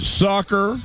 soccer